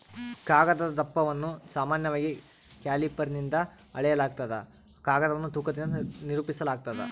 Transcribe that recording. ಕಾಗದದ ದಪ್ಪವನ್ನು ಸಾಮಾನ್ಯವಾಗಿ ಕ್ಯಾಲಿಪರ್ನಿಂದ ಅಳೆಯಲಾಗ್ತದ ಕಾಗದವನ್ನು ತೂಕದಿಂದ ನಿರೂಪಿಸಾಲಾಗ್ತದ